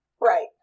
Right